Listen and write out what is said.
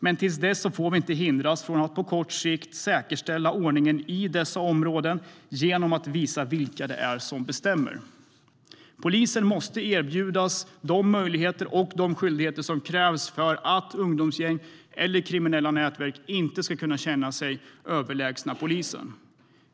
Men till dess får vi inte hindras från att på kort sikt säkerställa ordningen i dessa områden genom att visa vilka det är som bestämmer. Polisen måste erbjudas de möjligheter och de skyldigheter som krävs för att ungdomsgäng och kriminella nätverk inte ska kunna känna sig överlägsna polisen.